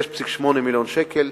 6.8 מיליוני שקלים,